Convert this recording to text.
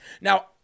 Now